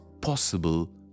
possible